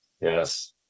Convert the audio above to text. yes